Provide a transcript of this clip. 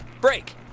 break